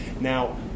Now